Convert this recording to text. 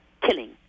killing